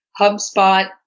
HubSpot